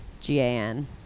G-A-N